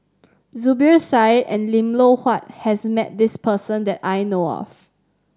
Zubir Said and Lim Loh Huat has met this person that I know of